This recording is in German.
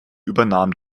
übernahm